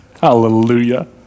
Hallelujah